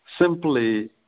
simply